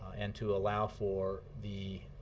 and to allow for the